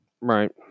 right